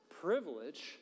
privilege